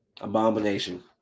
abomination